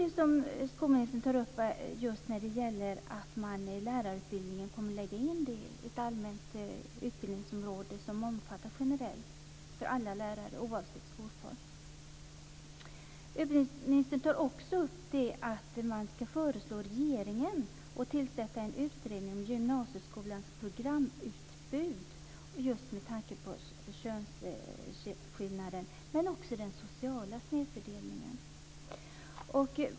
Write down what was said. Det som skolministern tar upp är bra när det gäller att man i lärarutbildningen kommer att lägga in ett allmänt utbildningsområde som gäller generellt, för alla lärare - oavsett skolform. Ministern talar också om att föreslå regeringen att tillsätta en utredning om gymnasieskolans programutbud just med tanke på könsskillnader och också den sociala snedfördelningen.